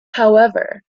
however